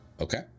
Okay